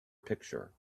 picture